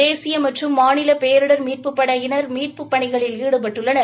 தேசிய மற்றும் மாநில பேரிடர் மீட்புப் படையினர் மீட்புப் பணியில் ஈடுபட்டனர்